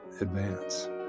advance